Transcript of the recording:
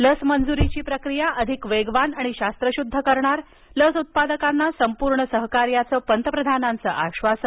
लस मंजुरीची प्रक्रिया अधिक वेगवान आणि शास्त्रशुद्ध करणार लस उत्पादकांना संपूर्ण सहकार्याचं पंतप्रधानांचं आश्वासन